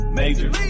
major